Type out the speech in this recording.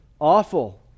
awful